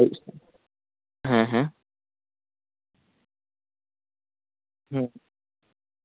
ᱟᱭᱩᱵ ᱥᱮᱡ ᱦᱮᱸ ᱦᱮᱸ